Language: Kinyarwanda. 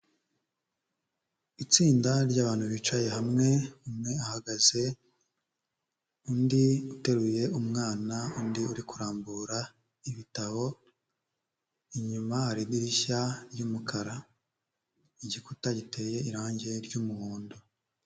Itsinda ry'abantu bicaye hamwe, umwe ahagaze, undi uteruye umwana, undi uri kurambura ibitabo, inyuma hari idirishya ry'umukara, igikuta giteye irangi ry'umuhondo.